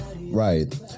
Right